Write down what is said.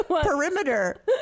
perimeter